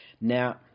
Now